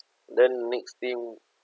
then makes him